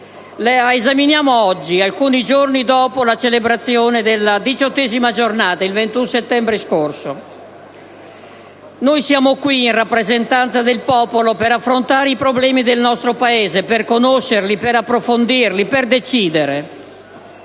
la esaminiamo oggi alcuni giorni dopo la celebrazione della XVIII Giornata, il 21 settembre scorso. Noi siamo qui in rappresentanza del popolo per affrontare i problemi del nostro Paese, per conoscerli, per approfondirli, per decidere,